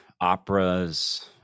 operas